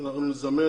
שאנחנו נזמן